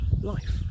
life